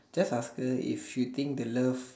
just ask her if she think the love